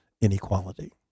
inequality